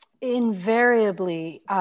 invariably